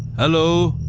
hello.